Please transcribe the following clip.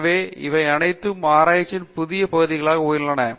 எனவே இவை அனைத்தும் ஆராய்ச்சி புதிய பகுதிகளில் உயர்த்தியுள்ளன